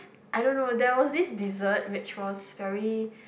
I don't know there was this dessert which was very